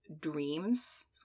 dreams